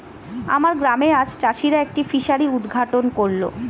আমার গ্রামে আজ চাষিরা একটি ফিসারি উদ্ঘাটন করল